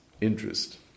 interest